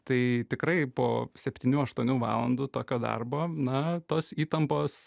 tai tikrai po septynių aštuonių valandų tokio darbo na tos įtampos